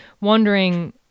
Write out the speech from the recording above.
wondering